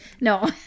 no